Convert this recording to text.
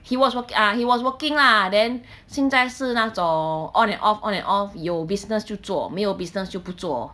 he was work~ ah he was working lah then 现在是那种 on and off on and off 有 business 就做没有 business 就不做